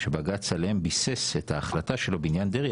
שבג"צ עליהם ביסס את ההחלטה שלו בעניין דרעי,